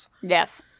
Yes